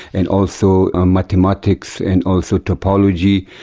and also ah mathematics and also topology.